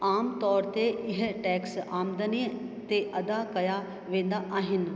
आम तौरु ते इहे टैक्स आमदनीअ ते अदा कया वेंदा आहिनि